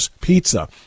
pizza